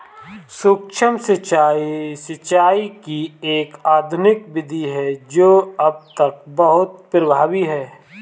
सूक्ष्म सिंचाई, सिंचाई की एक आधुनिक विधि है जो अब तक बहुत प्रभावी है